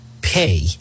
pay